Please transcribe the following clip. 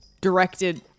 directed